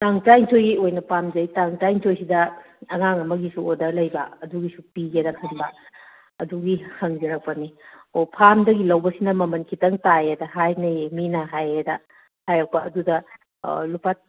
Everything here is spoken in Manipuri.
ꯇꯥꯡ ꯇꯔꯥꯅꯤꯊꯣꯏꯒꯤ ꯑꯣꯏꯅ ꯄꯥꯝꯖꯩ ꯇꯥꯡ ꯇꯔꯥꯅꯤꯊꯣꯏꯁꯤꯗ ꯑꯉꯥꯡ ꯑꯃꯒꯤꯁꯨ ꯑꯣꯔꯗꯔ ꯂꯩꯕ ꯑꯗꯨꯒꯤꯁꯨ ꯄꯤꯒꯦꯅ ꯈꯟꯕ ꯑꯗꯨꯒꯤ ꯍꯪꯖꯔꯛꯄꯅꯤ ꯑꯣ ꯐꯥꯝꯗꯒꯤ ꯂꯧꯕꯁꯤꯅ ꯃꯃꯜ ꯈꯤꯇꯪ ꯇꯥꯏꯌꯦꯅ ꯍꯥꯏꯅꯩꯌꯦ ꯃꯤꯅ ꯍꯥꯏ ꯑꯗ ꯍꯥꯏꯔꯛꯄ ꯑꯗꯨꯗ ꯂꯨꯄꯥ